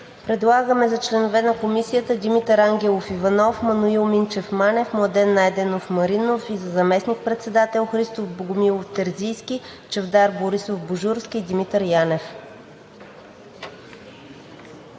Предлагаме за членове на Комисията Димитър Ангелов Иванов, Маноил Минчев Манев, Младен Найденов Маринов и за заместник-председател Христо Богомилов Терзийски, Чавдар Борисов Божурски и Димитър Янев.